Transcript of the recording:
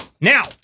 Now